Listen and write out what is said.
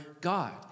God